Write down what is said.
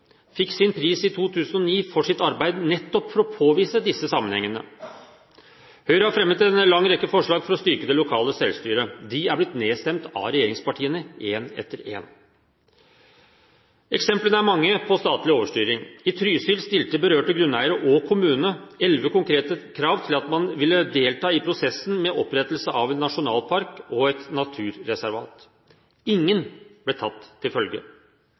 fikk sin pris i 2009 for sitt arbeid nettopp for å påvise disse sammenhengene. Høyre har fremmet en lang rekke forslag for å styrke det lokale selvstyret. De er blitt nedstemt av regjeringspartiene – ett etter ett. Eksemplene er mange på statlig overstyring. I Trysil stilte berørte grunneiere og kommunen elleve konkrete krav til at man ville delta i prosessen med opprettelse av en nasjonalpark og et naturreservat. Ingen ble tatt til følge.